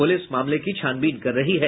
police मामले की छानबीन कर रही है